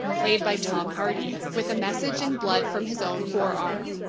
played by tom hardy, with a message in blood from his own forearm.